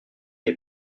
est